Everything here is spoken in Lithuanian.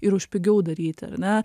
ir už pigiau daryti ar ne